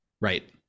Right